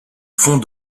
fond